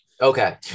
Okay